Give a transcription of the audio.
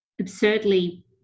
absurdly